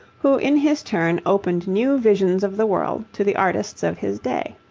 who in his turn opened new visions of the world to the artists of his day.